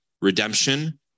redemption